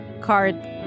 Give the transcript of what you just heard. card